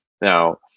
now